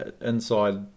inside